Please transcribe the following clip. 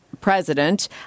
president